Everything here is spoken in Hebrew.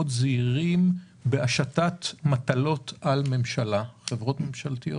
זהירים בהשתת מטלות על ממשלה: חברות ממשלתיות,